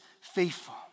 faithful